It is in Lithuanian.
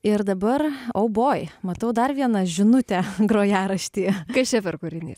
ir dabar oh boy matau dar viena žinutė grojaraštyje kas čia per kūrinys